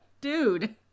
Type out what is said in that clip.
dude